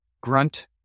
grunt